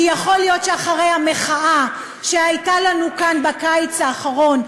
כי יכול להיות שאחרי המחאה שהייתה לנו כאן בקיץ האחרון,